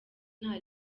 nta